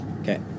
Okay